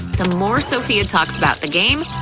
the more sophia talks about the game,